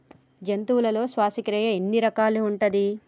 జంతువులలో శ్వాసక్రియ ఎన్ని రకాలు ఉంటది?